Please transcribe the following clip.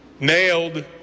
nailed